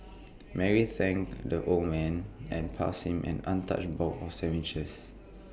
Mary's thanked the old man and passed him an untouched box of sandwiches